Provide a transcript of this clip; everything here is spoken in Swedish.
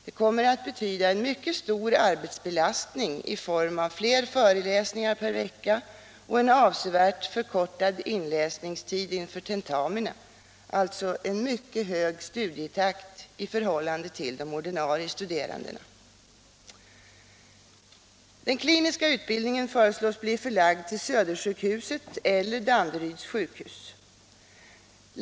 Det kommer att betyda en mycket stor arbetsbelastning i form av fler föreläsningar per vecka och en avsevärt förkortad inläsningstid inför tentamina, alltså en mycket hög studietakt i förhållande till ordinarie studerande. Den kliniska utbildningen föreslås bli förlagd till Södersjukhuset eller Danderyds sjukhus.